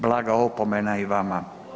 Blaga opomena i vama.